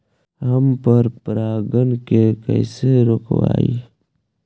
हम पर परागण के कैसे रोकिअई?